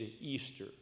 Easter